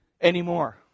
Anymore